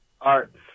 Art's